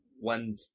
one